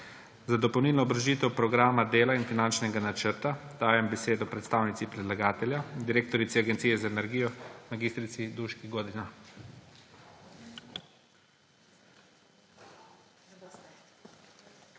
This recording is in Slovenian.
Za dopolnilno obrazložitev Programa dela in finančnega načrta dajem besedo predstavnici predlagatelja direktorici Agencije za energijo mag. Duški Godina.